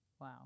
Wow